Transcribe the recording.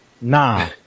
nah